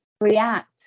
react